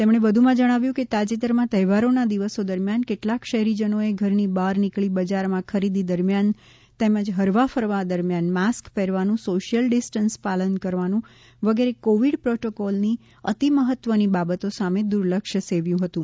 તેમણે વધુમાં જણાવ્યુ હતુ કે તાજેતરમાં તહેવારોના દિવસો દરમિયાન કેટલાક શહેરીજનોએ ઘરની બહાર નીકળી બજારમાં ખરીદી દરમિયાન તેમજ ફરવા ફરવા દરમિયાન માસ્ક પહેરવાનુ સોશિયલ ડિસ્ટન્સનું પાલન કરવાનું વગેરે કોવિડ પ્રોટોકોલની અતિમહત્વની બાબતો સામે દુર્લક્ષ સેવ્યું હતું